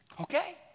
okay